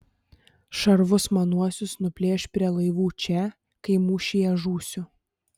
šarvus manuosius nuplėš prie laivų čia kai mūšyje žūsiu